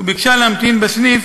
וביקשה להמתין בסניף